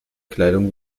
kleidung